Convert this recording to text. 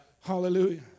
Hallelujah